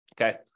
okay